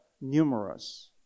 numerous